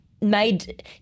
made